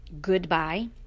Goodbye